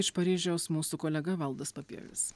iš paryžiaus mūsų kolega valdas papievis